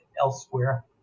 elsewhere